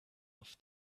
off